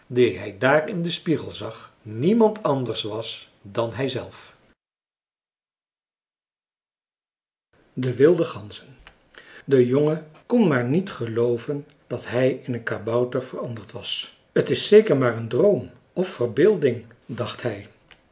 dien hij daar in den spiegel zag niemand anders was dan hijzelf de wilde ganzen de jongen kon maar niet gelooven dat hij in een kabouter veranderd was t is zeker maar een droom of verbeelding dacht hij